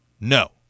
No